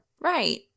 Right